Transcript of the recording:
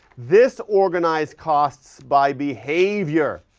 this organize costs by behavior.